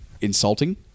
insulting